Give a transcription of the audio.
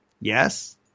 Yes